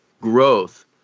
growth